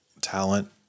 talent